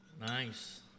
Nice